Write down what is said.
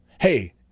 Hey